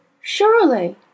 surely